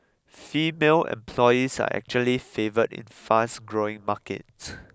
female employees are actually favoured in fast growing markets